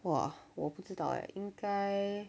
!wah! 我不知道哦应该